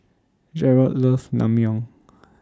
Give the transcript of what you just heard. Jerrold loves Naengmyeon